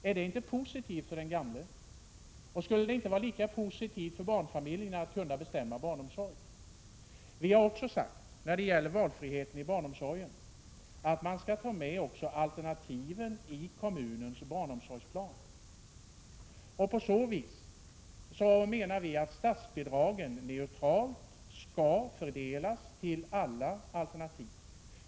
Är det inte positivt för de gamla? Och skulle det inte vara lika positivt för barnfamiljerna att kunna bestämma barnomsorgen? Vi moderater har också när det gäller valfriheten i barnomsorgen sagt att även alternativen skall tas med i kommunens barnomsorgsplan, och på så sätt skall statsbidragen fördelas neutralt till alla alternativ.